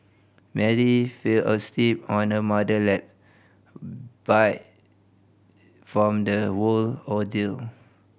Mary fell asleep on her mother lap by from the whole ordeal